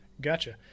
Gotcha